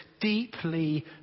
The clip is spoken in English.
deeply